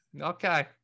Okay